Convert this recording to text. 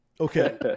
Okay